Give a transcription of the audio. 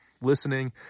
listening